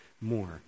more